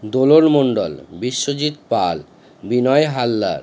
Dolon Mondal Biswajit Pal Binoy Haldar